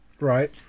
Right